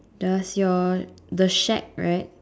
does your the shack right